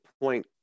point